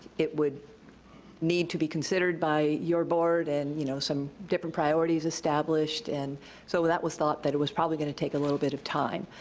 it would need to be considered by your board and, you know, some different priorities established, and so, that was thought that it was probably gonna take a little bit of time.